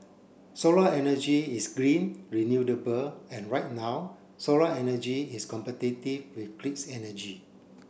solar energy is green renewable and right now solar energy is competitive with grids energy